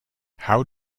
how